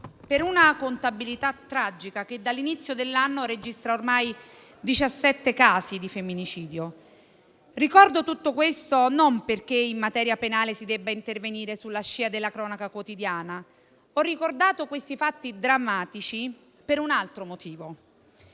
per una contabilità tragica, che dall'inizio dell'anno registra ormai 17 casi di femminicidio. Ricordo tutto questo non perché in materia penale si debba intervenire sulla scia della cronaca quotidiana; ho ricordato questi fatti drammatici per un altro motivo,